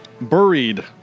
buried